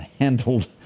handled